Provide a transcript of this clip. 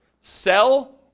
sell